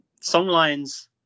songlines